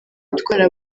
gutwara